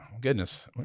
goodness